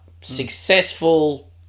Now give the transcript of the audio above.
successful